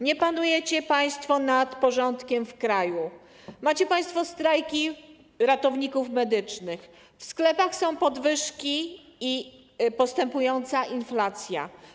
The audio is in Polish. Nie panujecie państwo nad porządkiem w kraju, macie strajki ratowników medycznych, w sklepach są podwyżki i postępująca inflacja.